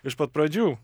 iš pat pradžių